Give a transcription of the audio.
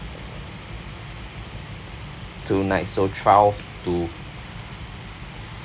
two night so twelve to four~